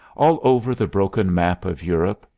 all over the broken map of europe,